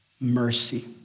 mercy